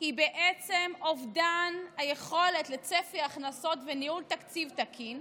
היא בעצם אובדן היכולת לצפי הכנסות וניהול תקציב תקין,